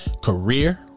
career